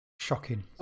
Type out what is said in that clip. shocking